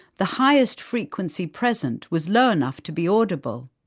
the highest frequency present was low enough to be audible.